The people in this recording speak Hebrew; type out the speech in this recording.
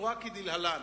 בצורה כדלהלן: